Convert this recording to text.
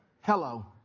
Hello